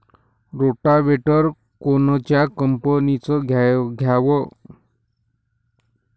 Rotavator कोनच्या कंपनीचं घ्यावं?